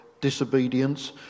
disobedience